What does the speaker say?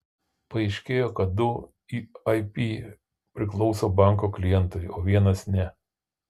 paaiškėjo kad du ip priklauso banko klientui o vienas ne